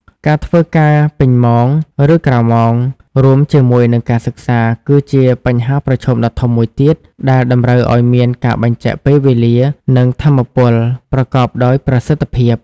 ការធ្វើការពេញម៉ោង ឬក្រៅម៉ោង រួមជាមួយនឹងការសិក្សា គឺជាបញ្ហាប្រឈមដ៏ធំមួយទៀត ដែលតម្រូវឱ្យមានការបែងចែកពេលវេលា និងថាមពលប្រកបដោយប្រសិទ្ធភាព។